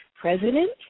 president